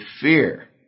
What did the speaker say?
fear